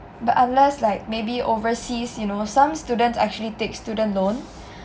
but unless like maybe overseas you know some students actually take student loan